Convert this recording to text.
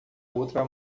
outra